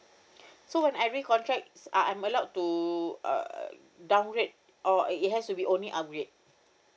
so when I recontract I am allowed to uh downgrade or it has to be only upgrade